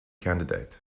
candidate